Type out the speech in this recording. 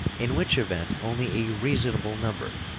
in which event only a reasonable number,